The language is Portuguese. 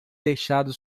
deixado